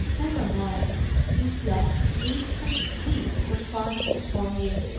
never mind he's left heaps and heaps of parcels for you.